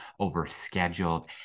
overscheduled